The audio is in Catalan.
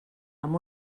amb